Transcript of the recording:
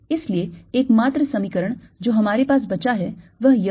इसलिए एकमात्र समीकरण जो हमारे पास बचा है वह यह है